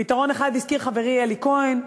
פתרון אחד הזכיר חברי אלי כהן,